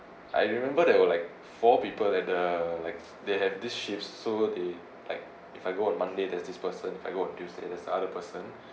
I remember that were like four people at the like they have this shifts so they like if I go on monday there's this person I got tuesday the other person